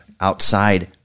outside